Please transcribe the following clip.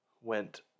went